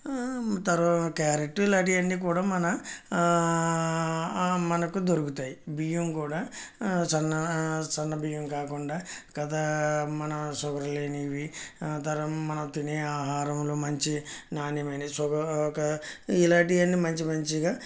తర్వా క్యారెట్ ఇలాంటివన్నీ కూడా మన మనకు దొరుకుతాయి బియ్యం కూడా సన్న సన్న బియ్యం కాకుండా కదా మన షుగర్ లేనివి తరం మనం తినే ఆహారంలో మంచి నాణ్యమైన షుగర్ ఒక ఇలాంటివన్నీ మంచి మంచిగా